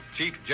Chief